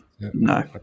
no